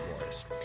Wars